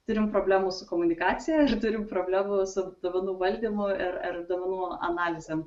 turim problemų su komunikacija ir turim problemų su duomenų valdymu ir ir duomenų analizėm